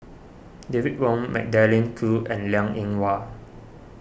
David Wong Magdalene Khoo and Liang Eng Hwa